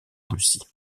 russie